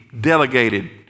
delegated